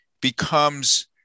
becomes